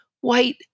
white